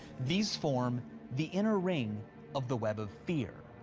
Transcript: these form the inner ring of the web of fear.